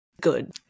good